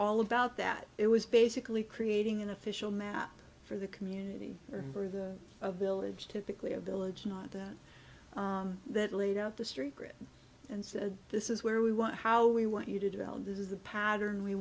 all about that it was basically creating an official map for the community or for the a village typically a village not that that laid out the street grid and said this is where we want how we want you to develop this is the pattern we